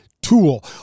tool